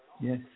Yes